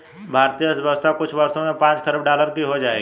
भारतीय अर्थव्यवस्था कुछ वर्षों में पांच खरब डॉलर की हो जाएगी